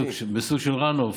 בסוג של run off